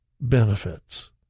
benefits